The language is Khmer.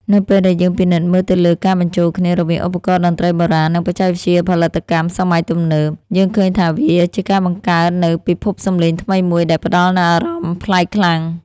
នៅពេលដែលយើងពិនិត្យមើលទៅលើការបញ្ចូលគ្នា រវាងឧបករណ៍តន្ត្រីបុរាណ និងបច្ចេកវិទ្យាផលិតកម្មសម័យទំនើប យើងឃើញថាវាជាការបង្កើតនូវពិភពសំឡេងថ្មីមួយដែលផ្តល់នូវអារម្មណ៍ប្លែកខ្លាំង។